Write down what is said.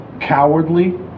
cowardly